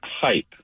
hype